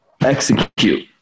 execute